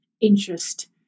interest